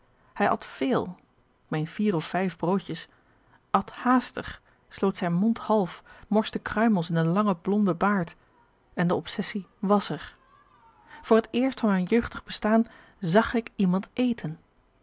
hij at véél k meen vier of vijf broodjes at hààstig sloot zijn mond half morste kruimels in den langen blonden baard en de obsessie was er voor het eerst van mijn jeugdig bestaan zag ik iemand eten